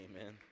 amen